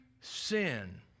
sin